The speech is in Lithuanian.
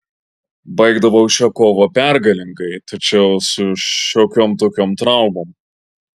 baigdavau šią kovą pergalingai tačiau su šiokiom tokiom traumom